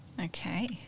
Okay